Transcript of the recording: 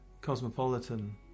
cosmopolitan